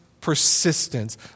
persistence